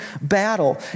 battle